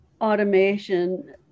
automation